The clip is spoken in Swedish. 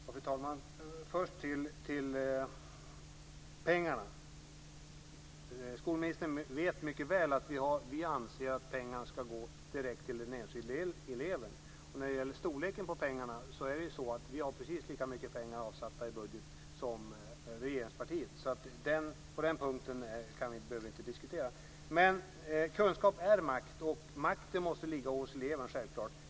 Fru talman! Först till frågan om pengarna. Skolministern vet mycket väl att vi anser att pengarna ska gå direkt till den enskilde eleven. När det gäller storleken på pengarna har vi precis lika mycket pengar avsatta i budgeten som regeringspartiet, så på den punkten behöver vi inte diskutera. Kunskap är makt. Makten måste självklart ligga hos eleven.